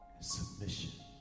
submission